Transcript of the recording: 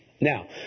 Now